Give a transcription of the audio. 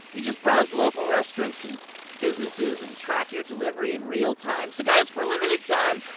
you just browse local restaurants and businesses and track your delivery in real time. so, guys, for a limited time,